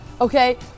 okay